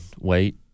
wait